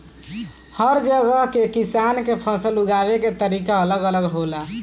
हर जगह के किसान के फसल उगावे के तरीका अलग अलग होला